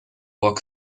rock